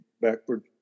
backward